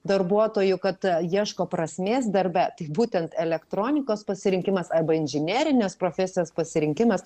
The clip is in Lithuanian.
darbuotojų kad ieško prasmės darbe tai būtent elektronikos pasirinkimas arba inžinerinės profesijos pasirinkimas